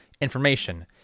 information